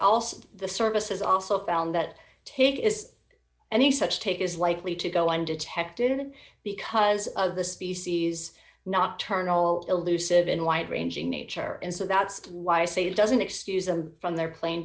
also the services also found that ticket is any such take is likely to go undetected because of the species not turn all elusive in wide ranging nature and so that's why i say it doesn't excuse them from their pla